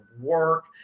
work